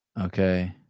Okay